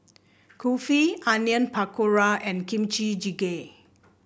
Kulfi Onion Pakora and Kimchi Jjigae